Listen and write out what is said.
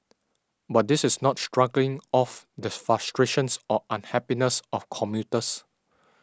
but this is not struggling off the frustrations or unhappiness of commuters